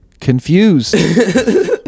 confused